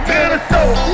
Minnesota